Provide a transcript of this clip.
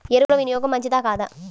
ఎరువుల వినియోగం మంచిదా కాదా?